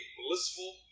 blissful